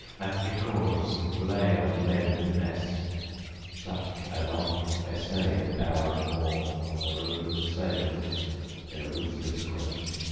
and nicors that lay on the ledge of the ness such as oft essay at hour of morn on the road-of-sails their ruthless quest,